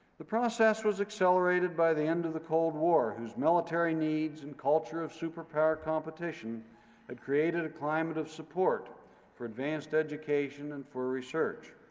the process was accelerated by the end of the cold war, whose military needs and culture of superpower competition had created a climate of support for advanced education and for research.